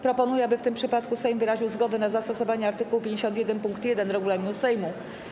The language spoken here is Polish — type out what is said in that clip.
Proponuję, aby w tym przypadku Sejm wyraził zgodę na zastosowanie art. 51 pkt 1 regulaminu Sejmu.